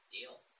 Deal